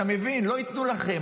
אתה מבין, לא ייתנו לכם.